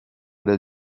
del